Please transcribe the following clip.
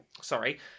sorry